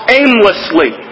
aimlessly